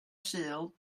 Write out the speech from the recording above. sul